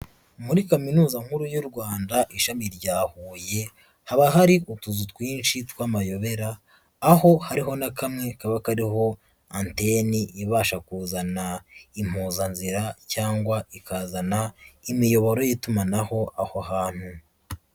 Muri Kaminuza nkuru y'u Rwanda ishami rya Huye haba hari utuzu twinshi tw'amayobera, aho hariho na kamwe kaba kariho anteni ibasha kuzana impuzanzira cyangwa ikazana imiyoboro y'itumanaho aho hantu.